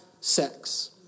sex